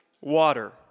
water